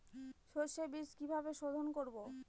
সর্ষে বিজ কিভাবে সোধোন করব?